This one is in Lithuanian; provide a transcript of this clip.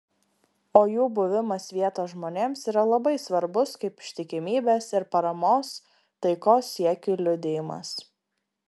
o jų buvimas vietos žmonėms yra labai svarbus kaip ištikimybės ir paramos taikos siekiui liudijimas